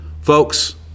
Folks